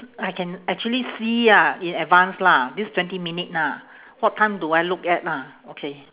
I can actually see ah in advance lah this twenty minute lah what time do I look at lah okay